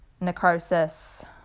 necrosis